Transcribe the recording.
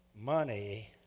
money